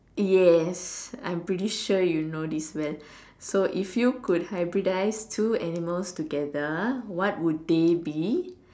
yes I'm pretty sure you know this well so if you could hybridize two animals together what would they be